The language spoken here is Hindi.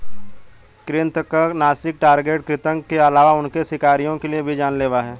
कृन्तकनाशी टारगेट कृतंक के अलावा उनके शिकारियों के लिए भी जान लेवा हैं